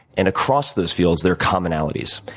and across those fields their commonalities.